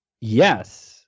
Yes